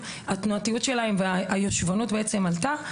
אי התנועתיות והיושבנות שלהם עלתה,